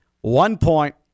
one-point